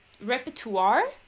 repertoire